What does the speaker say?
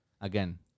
Again